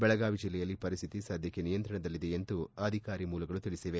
ಬೆಳಗಾವಿ ಜಿಲ್ಲೆಯಲ್ಲಿ ಪರಿಸ್ಟಿತಿ ಸದ್ದಕ್ಕೆ ನಿಯಂತ್ರಣದಲ್ಲಿದೆ ಎಂದು ಅಧಿಕಾರಿ ಮೂಲಗಳು ತಿಳಿಸವೆ